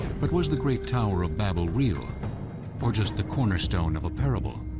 but was the great tower of babel real or just the cornerstone of a parable?